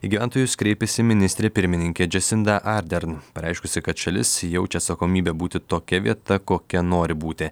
į gyventojus kreipėsi ministrė pirmininkė džesinda ardern pareiškusi kad šalis jaučia atsakomybę būti tokia vieta kokia nori būti